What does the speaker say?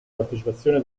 partecipazione